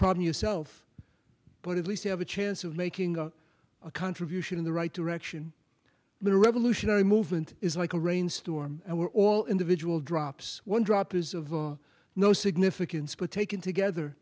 problem yourself but at least you have a chance of making a contribution in the right direction but a revolutionary movement is like a rain storm and we're all individual drops one drop is of no significance but taken together